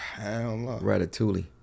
Ratatouille